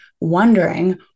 wondering